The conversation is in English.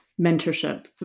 mentorship